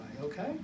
okay